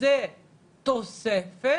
זה תוספת